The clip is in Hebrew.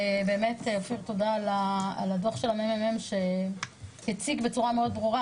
ובאמת תודה לאופיר על הדו"ח של הממ"מ שהציג בצורה מאוד ברורה,